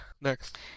next